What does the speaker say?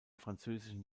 französischen